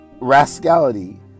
rascality